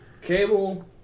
cable